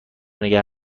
نگه